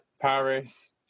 Paris